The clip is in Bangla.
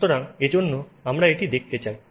সুতরাং এজন্য আমরা এটি দেখতে চাই